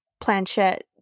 planchette